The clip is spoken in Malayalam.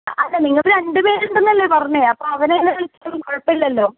അല്ല നിങ്ങൾ രണ്ട് പേരുണ്ട് എന്നല്ലെ പറഞ്ഞത് അപ്പം അവനെന്നെ വിളിച്ചോളും കുഴപ്പമില്ലല്ലോ